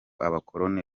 abakoloni